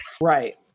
Right